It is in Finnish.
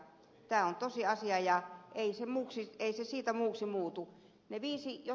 tämä on tosiasia ei se siitä muuksi muutu